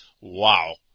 Wow